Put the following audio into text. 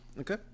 Okay